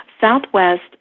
Southwest